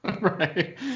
Right